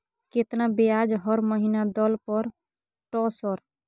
केतना ब्याज हर महीना दल पर ट सर?